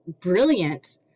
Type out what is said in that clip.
brilliant